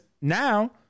now